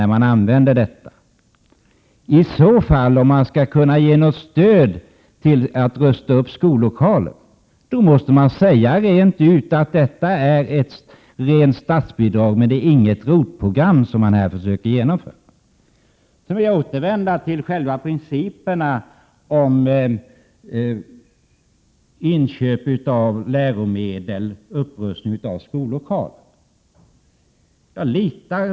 Om man skall kunna ge stöd till upprustning av skollokaler måste man säga rent ut att detta är ett statsbidrag och inget ROT-program. Så vill jag återvända till principerna om inköp av läromedel och upprustning av skollokaler.